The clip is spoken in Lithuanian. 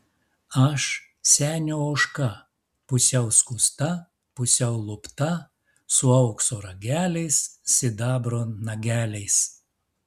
aš senio ožka pusiau skusta pusiau lupta su aukso rageliais sidabro nageliais